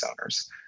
owners